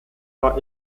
war